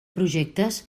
projectes